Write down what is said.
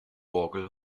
orgel